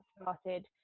started